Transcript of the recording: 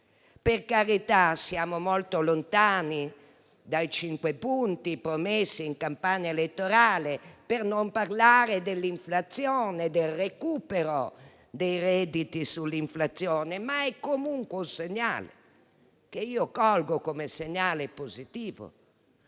Per carità, siamo molto lontani dai cinque punti promessi in campagna elettorale, per non parlare dell'inflazione e del recupero dei redditi sull'inflazione, ma è comunque un segnale, che colgo come positivo